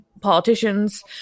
politicians